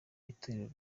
itorero